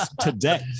today